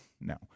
No